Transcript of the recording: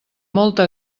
molta